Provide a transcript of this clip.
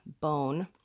bone